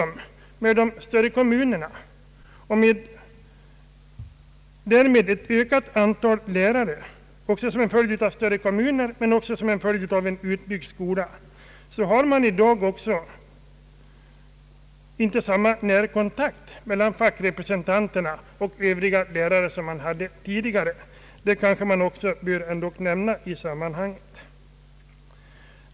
Med de större kommunerna och det därmed ökade antalet lärare — en följd av större kommuner men också en följd av en utbyggd skola — har man i dag inte samma närkontakt mellan fackrepresentanterna och övriga lärare som man hade tidigare. Det kanske bör nämnas i sammanhanget.